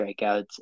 strikeouts